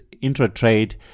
intra-trade